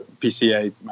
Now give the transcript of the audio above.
PCA